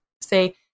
say